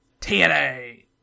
TNA